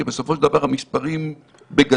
כי בסופו של דבר המספרים בגדול,